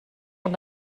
von